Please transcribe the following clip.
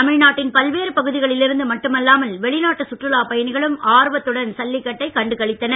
தமிழ்நாட்டின் பல்வேறு பகுதிகளில் இருந்து மட்டுமல்லாமல் வெளிநாட்டு சுற்றுலாப் பயணிகளும் ஆர்வத்துடன் ஜல்லிக்கட்டை கண்டு களித்தனர்